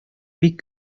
бик